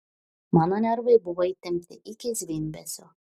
mano nervai buvo įtempti iki zvimbesio